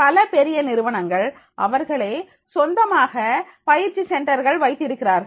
பல பெரிய நிறுவனங்கள் அவர்களே சொந்தமாக பயிற்சி சென்டர்கள் வைத்திருக்கிறார்கள்